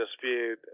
dispute